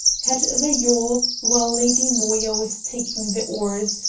had the yawl, while lady moya was taking the oars,